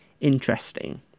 interesting